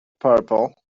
purple